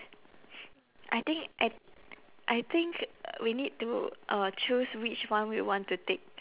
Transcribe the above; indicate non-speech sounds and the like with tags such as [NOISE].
I think I I think [NOISE] we need to uh choose which one we want to take